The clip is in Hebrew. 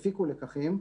הפיקו לקחים,